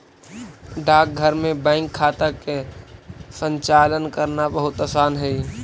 डाकघर में बैंक खाता के संचालन करना बहुत आसान हइ